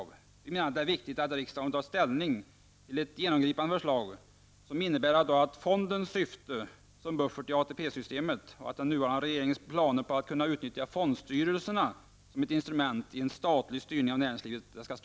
Vi menar att det är viktigt att riksdagen tar ställning till ett genomgripande förslag som innebär att man stoppar regeringens planer -- dels på att ha fonderna som en buffert i ATP-systemet, dels på att kunna utnyttja fondstyrelserna som ett instrument i en statlig styrning av näringslivet.